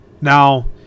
Now